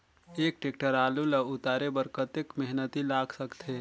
एक टेक्टर आलू ल उतारे बर कतेक मेहनती लाग सकथे?